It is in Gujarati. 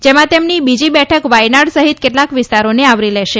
જેમાં તેમની બીજી બેઠક વાયનાડ સહિત કેટલાક વિસ્તારોને આવરી લેશે